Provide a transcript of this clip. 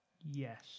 Yes